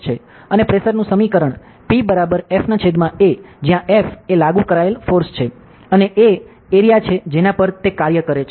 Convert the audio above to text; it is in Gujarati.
અને પ્રેશરનું સમીકરણ PFA જ્યાં F એ લાગુ કરાયેલ ફોર્સ છે અને A એરીયા છે જેના પર તે કાર્ય કરે છે